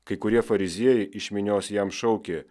kai kurie fariziejai iš minios jam šaukė